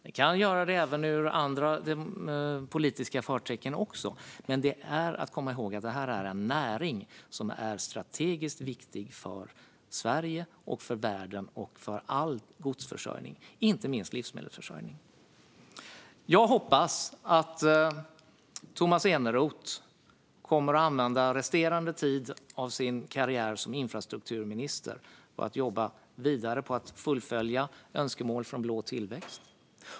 Den kan göra det även med andra politiska förtecken. Men det gäller att komma ihåg att det här är en näring som är strategiskt viktig för Sverige och världen och för all godsförsörjning, inte minst livsmedelsförsörjning. Jag hoppas att Tomas Eneroth kommer att använda resterande tid av sin karriär som infrastrukturminister till att jobba vidare med att fullfölja önskemål från Blå tillväxt.